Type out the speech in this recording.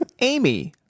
Amy